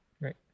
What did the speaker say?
Right